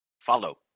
Follow